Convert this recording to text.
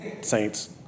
saints